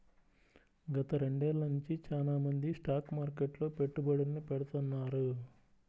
గత రెండేళ్ళ నుంచి చానా మంది స్టాక్ మార్కెట్లో పెట్టుబడుల్ని పెడతాన్నారు